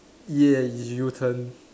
yeah you turn